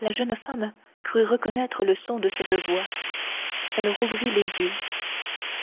la jeune femme crut reconnaître le son de cette voix elle rouvrit les yeux